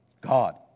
God